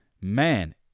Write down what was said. man